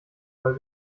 weil